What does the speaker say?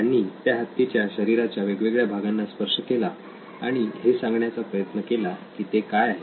त्यांनी त्या हत्तीच्या शरीराच्या वेगवेगळ्या भागांना स्पर्श केला आणि हे सांगण्याचा प्रयत्न केला की ते काय आहे